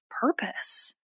purpose